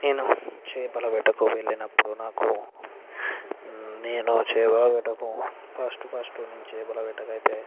నేను చేపల వేటకు వెళ్ళినప్పుడు నాకు నేను చేపల వేటకు ఫస్ట్ ఫస్ట్ నేను వేటకైతే